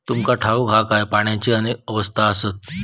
तुमका ठाऊक हा काय, पाण्याची अनेक अवस्था आसत?